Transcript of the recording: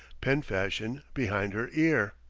pen-fashion, behind her ear.